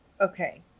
Okay